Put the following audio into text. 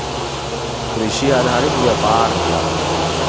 कृषि आधारित व्यापार होला